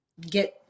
get